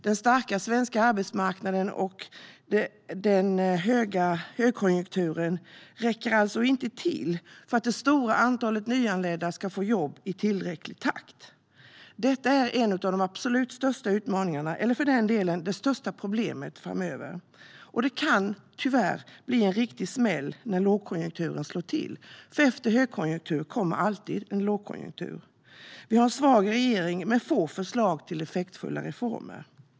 Den starka svenska arbetsmarknaden och högkonjunkturen räcker alltså inte för att det stora antalet nyanlända ska få jobb i tillräcklig takt. Detta är en av de absolut största utmaningarna eller, för den delen, det största problemet framöver. Det kan tyvärr bli en riktig smäll när lågkonjunkturen slår till, för efter högkonjunktur kommer alltid lågkonjunktur. Vi har en svag regering med få förslag till effektfulla reformer.